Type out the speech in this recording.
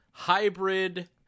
hybrid